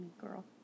girl